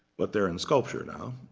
but they're in sculpture now.